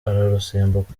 ararusimbuka